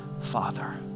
Father